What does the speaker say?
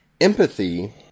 Empathy